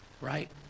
right